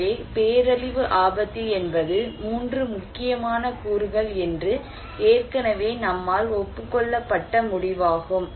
எனவே பேரழிவு ஆபத்து என்பது 3 முக்கியமான கூறுகள் என்று ஏற்கனவே நம்மால் ஒப்புக் கொள்ளப்பட்ட முடிவாகும்